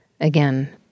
again